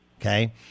okay